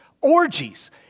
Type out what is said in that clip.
orgies